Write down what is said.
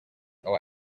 our